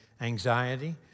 anxiety